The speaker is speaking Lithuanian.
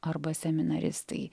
arba seminaristai